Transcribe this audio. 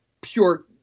pure